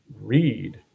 read